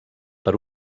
per